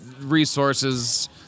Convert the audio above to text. resources